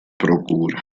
procura